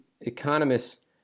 economists